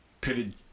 pitted